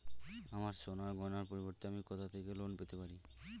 আমার সোনার গয়নার পরিবর্তে আমি কোথা থেকে লোন পেতে পারি?